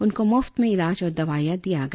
उनको मुफ्त में इलाज और दवाइयां दिया गया